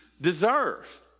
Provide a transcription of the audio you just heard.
deserve